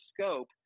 scope